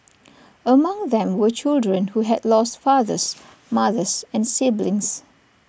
among them were children who had lost fathers mothers and siblings